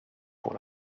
pour